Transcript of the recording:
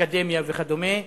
אקדמיה וכדומה.